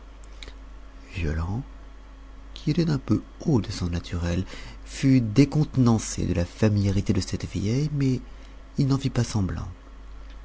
violent qui était un peu haut de son naturel fut décontenancé de la familiarité de cette vieille mais il n'en fit pas semblant